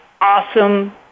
awesome